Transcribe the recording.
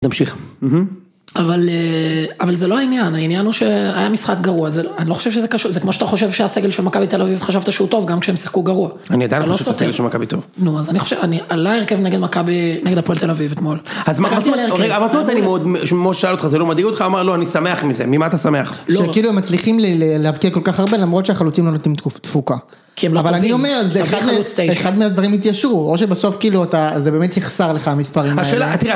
תמשיך אהממ.. אבל אה.. אבל זה לא העניין, העניין הוא שהיה משחק גרוע זה אני לא חושב שזה קשור זה כמו שאתה חושב שהסגל של מכבי תל אביב חשבת שהוא טוב גם כשהם שיחקו גרוע. נו אז אני חושב אני עלה הרכב נגד מכבי נגד הפועל תל אביב אתמול. אבל מה זאת אומרת אני מאוד מאוד משה שאל אותך זה לא מדאיג אותך? אמר לא אני שמח מזה ממה אתה שמח כאילו הם מצליחים להבקיע כל כך הרבה למרות שהחלוצים לא נותנים תקופ תפוקה. אבל אני אומר זה אחד מהדברים התיישרו או שבסוף כאילו אתה זה באמת יחסר לך המספרים האלה.השאלה אה .. תראה